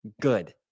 good